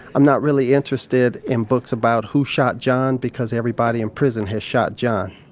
i'm not really interested in books about who shot john, because everybody in prison has shot john